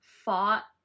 fought